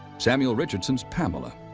samuel richardson's pamela,